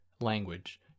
language